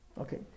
Okay